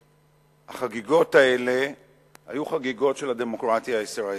והחגיגות האלה היו חגיגות של הדמוקרטיה הישראלית.